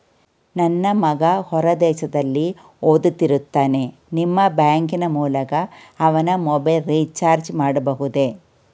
ನನ್ನ ಮಗ ಹೊರ ದೇಶದಲ್ಲಿ ಓದುತ್ತಿರುತ್ತಾನೆ ನಿಮ್ಮ ಬ್ಯಾಂಕಿನ ಮೂಲಕ ಅವನ ಮೊಬೈಲ್ ರಿಚಾರ್ಜ್ ಮಾಡಬಹುದೇ?